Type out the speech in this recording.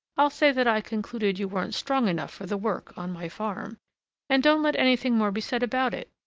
i'll say that i concluded you weren't strong enough for the work on my farm and don't let anything more be said about it.